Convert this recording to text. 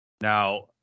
now